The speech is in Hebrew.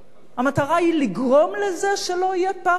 המטרה היא לגרום לזה שלא יהיה פרטנר כדי